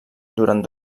durant